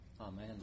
Amen